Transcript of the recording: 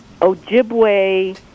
Ojibwe